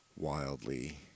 wildly